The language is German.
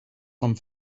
vom